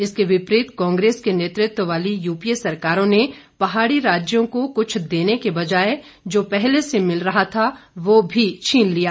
इसके विपरित कांग्रेस के नेतृत्व वाली यूपीए सरकारों ने पहाड़ी राज्यों को कुछ देने के बजाए जो पहले से मिल रहा था वह भी छिन लिया